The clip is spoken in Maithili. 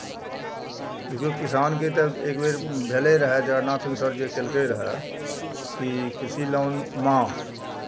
देखियौ किसानके तऽ एक बेर भेलै रहए जगन्नाथ मिसर जे केलकै रहए कि कृषि लोन माफ